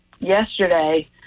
yesterday